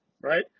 right